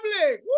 public